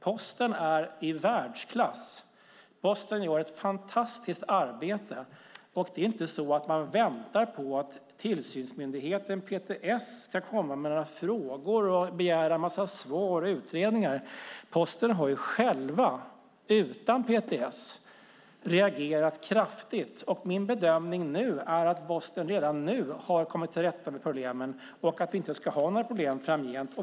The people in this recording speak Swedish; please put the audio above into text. Posten är i världsklass. Posten gör ett fantastiskt arbete. Det är inte så att man väntar på att tillsynsmyndigheten PTS ska komma med några frågor och begära en massa svar och utredningar. Posten har själv, utan PTS, reagerat kraftigt. Min bedömning är att Posten redan nu har kommit till rätta med problemen och att vi inte ska ha några problem framgent.